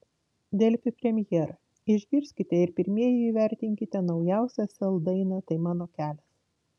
delfi premjera išgirskite ir pirmieji įvertinkite naujausią sel dainą tai mano kelias